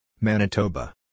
Manitoba